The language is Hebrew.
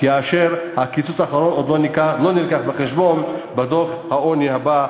כי הקיצוץ האחרון לא הובא בחשבון בדוח העוני הבא,